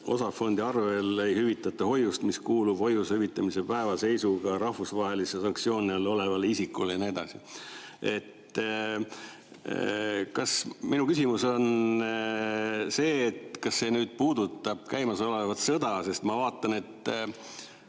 osafondi arvel ei hüvitata hoiust, mis kuulub hoiuse hüvitamise päeva seisuga rahvusvahelise sanktsiooni all olevale isikule ja nii edasi. Minu küsimus on see, kas see puudutab käimasolevat sõda. Ma vaatan, 7.